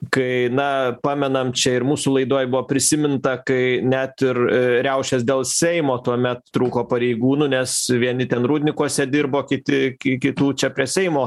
kai na pamenam čia ir mūsų laidoj buvo prisiminta kai net ir riaušes dėl seimo tuomet trūko pareigūnų nes vieni ten rūdninkuose dirbo kiti kitų čia prie seimo